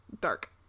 dark